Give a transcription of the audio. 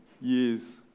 years